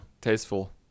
Tasteful